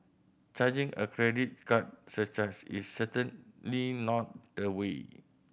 charging a credit card surcharge is certainly not the way